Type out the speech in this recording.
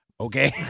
Okay